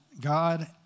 God